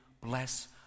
bless